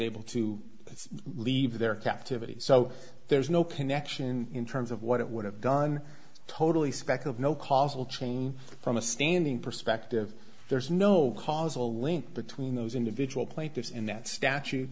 able to leave their captivity so there's no connection in terms of what it would have done totally speck of no causal chain from a standing perspective there's no causal link between those individual plaintiffs in that statu